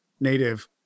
native